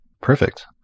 perfect